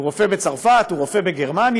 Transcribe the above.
הוא רופא בצרפת, הוא רופא בגרמניה,